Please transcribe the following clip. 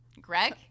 Greg